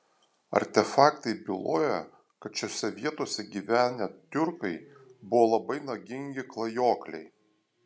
artefaktai byloja kad šiose vietose gyvenę tiurkai buvo labai nagingi klajokliai